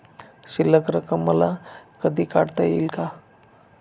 शिल्लक रक्कम मला कधी काढता येईल का?